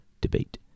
debate